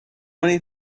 many